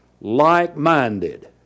like-minded